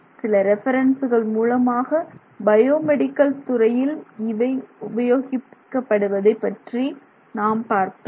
சில ரெஃபரன்சுகள் மூலமாக பயோ மெடிக்கல் துறையில் இவை உபயோகப்படுத்துவதை பற்றி நாம் பார்த்தோம்